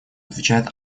отвечает